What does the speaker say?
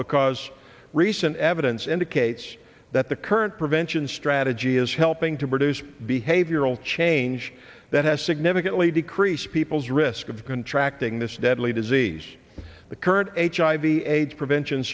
because recent evidence indicates that the current prevention strategy is helping to produce behavioral change that has significantly decreased people's risk of contracting this deadly disease the current hiv aids prevention